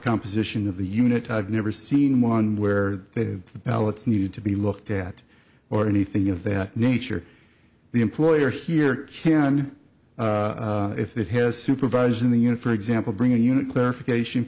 composition of the unit i've never seen one where the ballots need to be looked at or anything of that nature the employer here can if it has supervising the unit for example bring a unit clarification